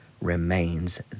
remains